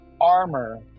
armor